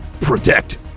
Protect